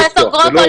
פרופ' גרוטו,